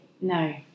No